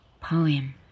poem